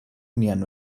nian